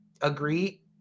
agree